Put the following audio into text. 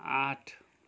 आठ